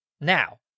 now